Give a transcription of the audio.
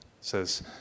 says